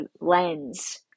lens